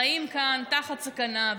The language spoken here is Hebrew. חיים כאן תחת סכנה,